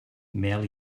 mel